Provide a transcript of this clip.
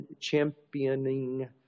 championing